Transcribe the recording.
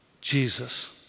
Jesus